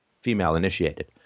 female-initiated